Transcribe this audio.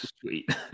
sweet